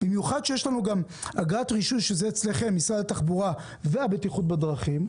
במיוחד שיש לנו גם אגרת רישוי שזה אצלכם במשרד התחבורה והבטיחות בדרכים,